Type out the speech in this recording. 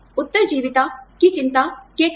उत्तरजीविता की चिंता के कारण